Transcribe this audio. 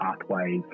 pathways